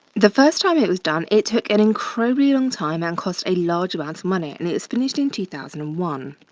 the first time it was done, it took an incredibly long time and cost a large amounts of money and it was finished in two thousand and one.